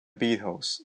beatles